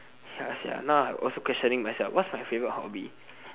ya sia now I also questioning myself what's my favourite hobby